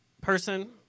Person